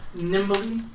nimbly